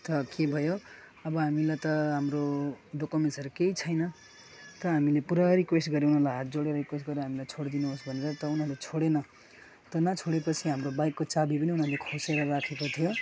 त के भयो अब हामीलाई त हाम्रो डकुमेन्ट्सहरू केही छैन कहाँ हामीले पुरा रिक्वेस्ट गऱ्यौँ उनीहरूलाई हात जोडेर रिक्वेस्ट गर्दा हामीलाई छोडिदिनुहोस् भनेर त उनीहरूले छोडेन त नछोडेपछि हाम्रो बाइकको चाबी पनि उनीहरूले खोसेर राखेको थियो